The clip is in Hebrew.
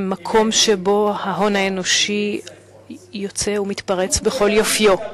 הם מקום שבו ההון האנושי יוצא ומתפרץ בכל יופיו.